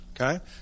okay